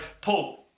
Paul